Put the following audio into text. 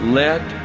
let